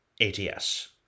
ATS